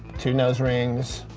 two nose rings,